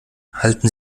halten